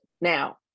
now